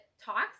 talks